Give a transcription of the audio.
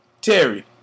Terry